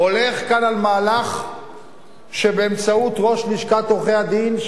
הולך כאן על מהלך שבאמצעות ראש לשכת עורכי-הדין,